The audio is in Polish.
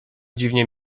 dziwnie